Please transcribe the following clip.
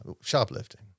shoplifting